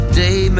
day